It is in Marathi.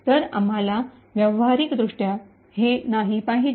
तर आम्हाला व्यावहारिकदृष्ट्या हे नाही पाहिजे